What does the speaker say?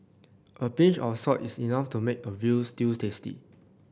a pinch of salt is enough to make a veal stew tasty